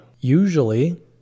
Usually